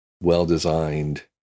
well-designed